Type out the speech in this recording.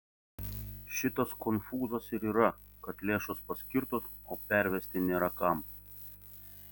šitas konfūzas ir yra kad lėšos paskirtos o pervesti nėra kam